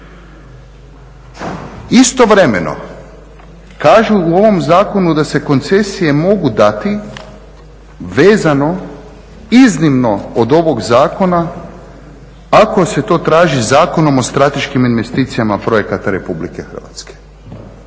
Istovremeno kažu u ovom zakonu da se koncesije mogu dati vezano iznimno od ovog zakona ako se to traži Zakonom o strateškim investicijama projekata Republike Hrvatske.